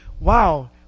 wow